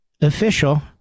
official